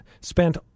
spent